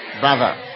brother